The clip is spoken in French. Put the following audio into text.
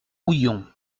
houillon